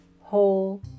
whole